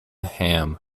ham